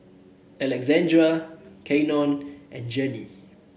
Alexandra Keion and Jenny